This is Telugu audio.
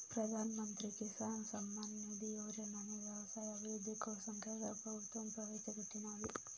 ప్రధాన్ మంత్రి కిసాన్ సమ్మాన్ నిధి యోజనని వ్యవసాయ అభివృద్ధి కోసం కేంద్ర ప్రభుత్వం ప్రవేశాపెట్టినాది